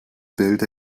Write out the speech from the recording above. bild